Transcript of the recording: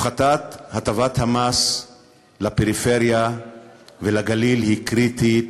הפחתת הטבת המס לפריפריה ולגליל היא קריטית,